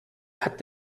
hat